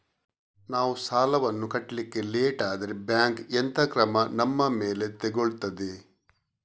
ನಾವು ಸಾಲ ವನ್ನು ಕಟ್ಲಿಕ್ಕೆ ಲೇಟ್ ಆದ್ರೆ ಬ್ಯಾಂಕ್ ಎಂತ ಕ್ರಮ ನಮ್ಮ ಮೇಲೆ ತೆಗೊಳ್ತಾದೆ?